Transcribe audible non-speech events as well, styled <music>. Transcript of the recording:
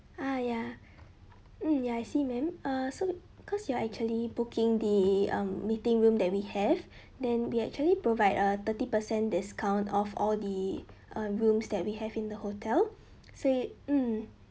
ah ya mm ya I see madam uh so cause you are actually booking the um meeting room that we have <breath> then we actually provide a thirty percent discount off all the uh rooms that we have in the hotel so mm